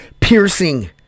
piercing